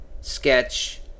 sketch